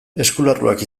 eskularruak